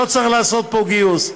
לא צריך לעשות פה גיוס,